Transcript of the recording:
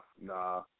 nah